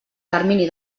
termini